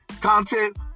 Content